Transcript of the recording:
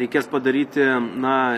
reikės padaryti na